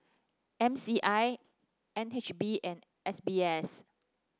M C I N H B and S B S